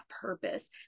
purpose